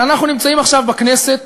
אבל אנחנו נמצאים עכשיו בכנסת,